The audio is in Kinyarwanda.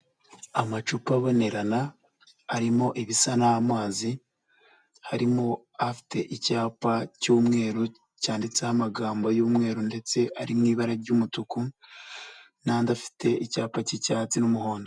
Amacupa abonerana arimo ibisa n'amazi harimo afite icyapa cy'umweru cyanditseho amagambo y'umweru ndetse ari mu ibara ry'umutuku n'andi afite icyapa cy'icyatsi n'umuhondo.